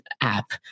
app